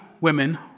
women